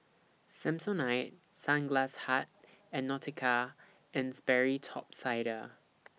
Samsonite Sunglass Hut and Nautica and Sperry Top Sider